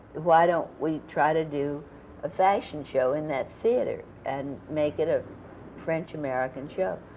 why don't we try to do a fashion show in that theater, and make it a french american show?